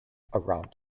around